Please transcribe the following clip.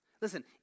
Listen